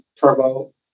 Turbo